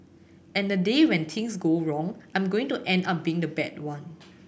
and the day when things go wrong I'm going to end up being the bad one